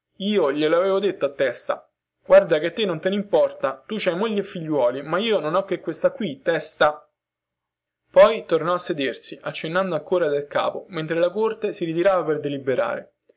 io glielo aveva detto a testa guarda che a te non te ne importa tu ci hai moglie e figliuoli ma io non ho che questa qui testa poi tornò a sedersi accennando ancora del capo mentre la corte si ritirava per deliberare